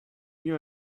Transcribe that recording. mio